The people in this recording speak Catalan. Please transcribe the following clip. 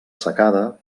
secada